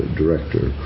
director